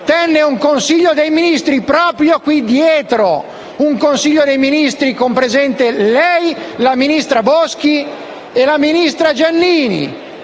tenne un Consiglio dei ministri proprio qui. Un Consiglio dei ministri alla presenza della ministra Boschi e della ministra Giannini,